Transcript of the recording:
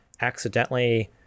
accidentally